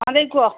ହଁ ଦେଇ କୁହ